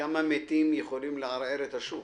כמה מתים יכולים לערער את השוק?